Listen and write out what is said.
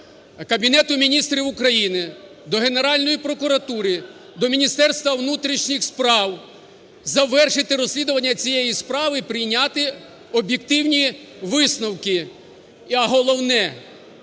Кабінету Міністрів України, до Генеральної прокуратури, до Міністерства внутрішніх справа, завершити розслідування цієї справи і прийняти об'єктивні висновки. А головне,